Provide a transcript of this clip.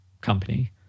company